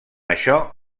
això